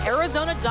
Arizona